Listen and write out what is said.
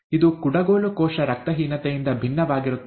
ಇದು ಕುಡಗೋಲು ಕೋಶ ರಕ್ತಹೀನತೆಯಿಂದ ಭಿನ್ನವಾಗಿರುತ್ತದೆ